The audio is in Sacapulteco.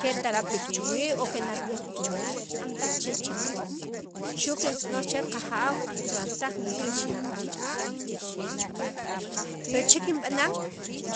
ketarab' b'iik chuwiij o kenab'yej b'iik chuwiij weta am taj che chirij xu' kintz'onoj che qajaw kiralsaj juntir xib'b'al wa' chuwiij pero che kinb'anan